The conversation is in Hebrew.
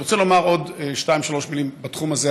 אני רוצה לומר עוד שתיים-שלוש מילים בתחום הזה,